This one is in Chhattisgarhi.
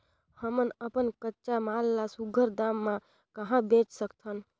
हमन अपन कच्चा माल ल सुघ्घर दाम म कहा बेच सकथन?